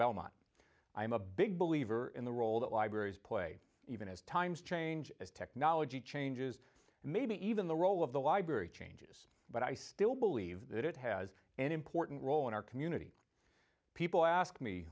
belmont i'm a big believer in the role that libraries play even as times change as technology changes and maybe even the role of the library changes but i still believe that it has an important role in our community people